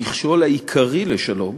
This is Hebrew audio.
המכשול העיקרי לשלום